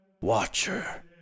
watcher